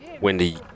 Wendy